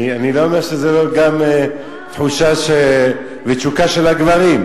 אני לא אומר שזו לא גם תשוקה של הגברים.